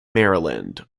maryland